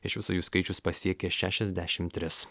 iš viso jų skaičius pasiekė šešiasdešimt tris